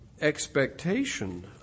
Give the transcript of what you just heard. expectation